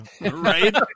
Right